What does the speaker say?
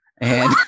And-